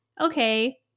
okay